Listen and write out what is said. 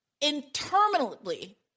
interminably